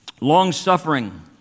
Long-suffering